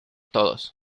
todos